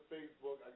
Facebook